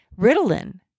Ritalin